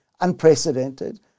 unprecedented